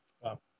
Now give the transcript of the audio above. Wow